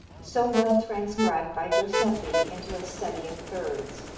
so well transcribed by joseffy into a study in thirds.